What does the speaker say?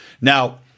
Now